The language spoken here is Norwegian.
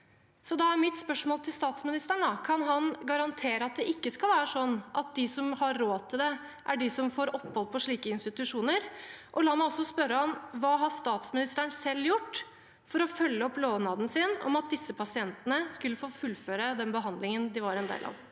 Da er mitt spørsmål til statsministeren: Kan han garantere at det ikke skal være sånn at det er de som har råd til det, som får opphold på slike institusjoner? Og la meg også spørre om: Hva har statsministeren selv gjort for å følge opp lovnaden sin om at disse pasientene skulle få fullføre den behandlingen de var en del av?